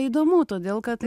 įdomu todėl kad